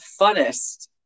funnest